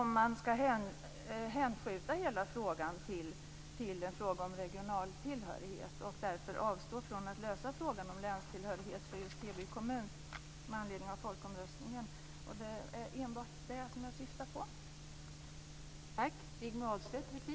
Skall man hänskjuta hela frågan till en fråga om regional tillhörighet och därför avstå från att lösa den fråga om länstillhörighet för just Heby kommun som togs upp i folkomröstningen? Det är enbart det jag syftar på.